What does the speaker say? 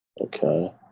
Okay